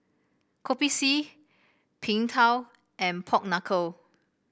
Kopi C Png Tao and Pork Knuckle